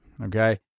okay